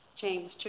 James